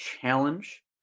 challenge